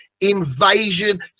invasion